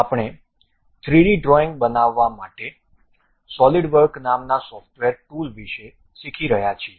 આપણે 3D drawings બનાવવા માટે સોલિડવર્ક નામના સોફ્ટવેર ટૂલ વિશે શીખી રહ્યાં છીએ